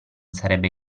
sarebbe